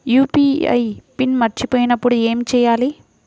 UPI pin మరచిపోయినప్పుడు ఏమి చేయాలి?